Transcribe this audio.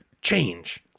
change